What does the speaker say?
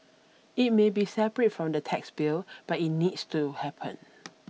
it may be separate from the tax bill but it needs to happen